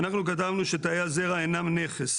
הפכתי כל אבן אפשרית כדי לזכות בנכד.